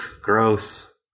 gross